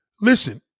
Listen